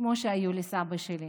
כמו שהיו לסבא שלי.